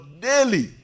daily